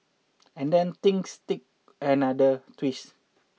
and then things take another twist